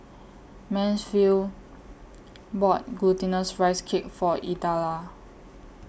Mansfield bought Glutinous Rice Cake For Idella